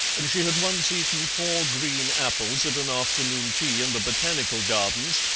and she had once eaten four green apples at an afternoon tea in the botanical gardens,